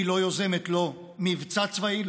היא לא יוזמת לא מבצע צבאי,